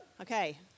Okay